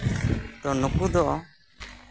ᱛᱳ ᱱᱩᱠᱩᱫᱚ